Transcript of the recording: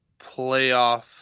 playoff